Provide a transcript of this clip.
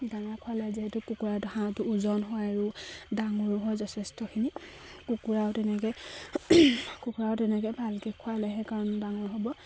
দানা খোৱালে যিহেতু কুকুৰাটো হাঁহটো ওজন হয় আৰু ডাঙৰো হয় যথেষ্টখিনি কুকুৰাও তেনেকে কুকুৰাও তেনেকে ভালকে খোৱালেহে কাৰণ ডাঙৰ হ'ব